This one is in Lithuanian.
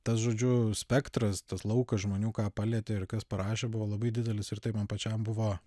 tas žodžiu spektras tas laukas žmonių ką palietė ir kas parašė buvo labai didelis ir tai man pačiam buvo